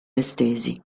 estesi